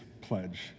pledge